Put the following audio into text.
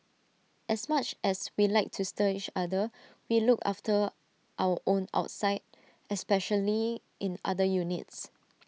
as much as we like to stir each other we look after our own outside especially in other units